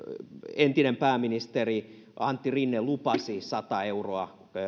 entinen pääministeri antti rinne lupasi sata euroa